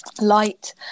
light